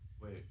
Wait